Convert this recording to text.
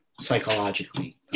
psychologically